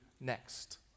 next